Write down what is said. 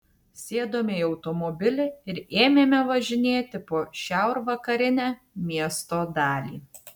sėdome į automobilį ir ėmėme važinėti po šiaurvakarinę miesto dalį